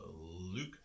Luke